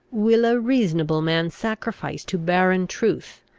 will a reasonable man sacrifice to barren truth,